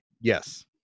Yes